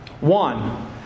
One